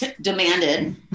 demanded